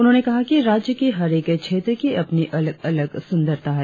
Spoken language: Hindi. उन्होंने कहा कि राज्य की हर एक क्षेत्र की अपनी अलग अलग सुन्दरता है